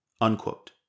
unquote